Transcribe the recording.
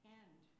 end